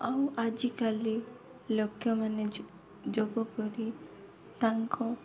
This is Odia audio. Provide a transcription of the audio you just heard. ଆଉ ଆଜିକାଲି ଲୋକମାନେ ଯୋଗ କରି ତାଙ୍କ